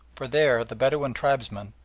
for there the bedouin tribesmen,